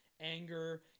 anger